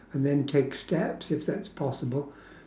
and then take steps if that's possible